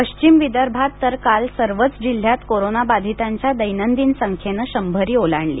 पश्चिम विदर्भात तर काल सर्वच जिल्ह्यात कोरोनाबाधितांच्या दैनंदिन संख्येन शंभरी ओलांडली